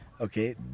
Okay